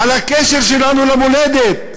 על הקשר שלנו למולדת.